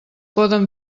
poden